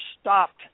stopped